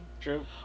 True